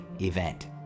event